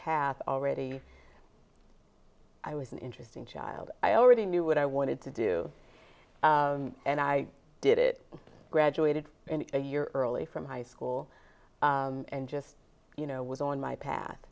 path already i was an interesting child i already knew what i wanted to do and i did it graduated a year early from high school and just you know was on my path